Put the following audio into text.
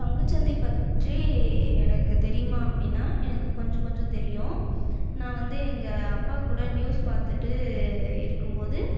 பங்குச்சந்தை பற்றி எனக்கு தெரியுமா அப்படினா எனக்கு கொஞ்சம் கொஞ்சம் தெரியும் நான் வந்து எங்கள் அப்பா கூட நியூஸ் பார்த்துட்டு இருக்கும் போது